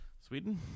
Sweden